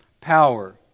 power